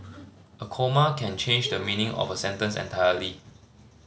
a comma can change the meaning of a sentence entirely